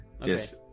Yes